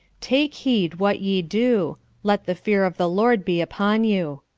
take heed what ye do let the fear of the lord be upon you.